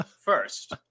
first